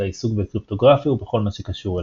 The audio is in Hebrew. לעיסוק בקריפטוגרפיה ובכל מה שקשור אליה.